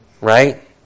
right